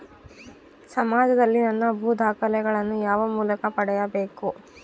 ಸಮಾಜದಲ್ಲಿ ನನ್ನ ಭೂ ದಾಖಲೆಗಳನ್ನು ಯಾವ ಮೂಲಕ ಪಡೆಯಬೇಕು?